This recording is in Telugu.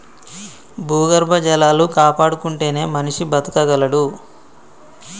భూగర్భ జలాలు కాపాడుకుంటేనే మనిషి బతకగలడు